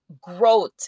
growth